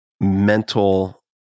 mental